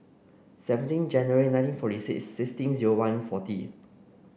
seventeen January nineteen forty six sixteen zero one forty